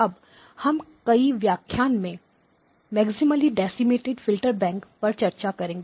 अब हम कई व्याख्यान में maximally decimated bank filter Decimated Filter banks पर चर्चा करेंगे